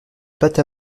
pâte